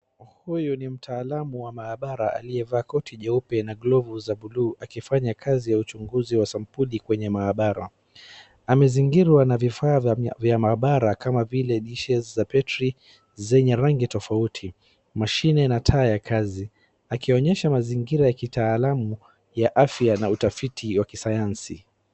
Huyu ni mtaalamu wa maabara aliyevaa koti jeupe na glovu za buluu akifanya kazi ya uchunguzi wa sampuli kwenye maabara. Amezingirwa na vifaa vya maabara kama vile dishes za battery zenye rangi tofauti, mashine na taa ya kazi, akionyesha mazingira ya kitaalamu ya afya na utafiti wa kisayansi.